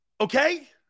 Okay